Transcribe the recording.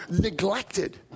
neglected